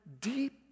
deep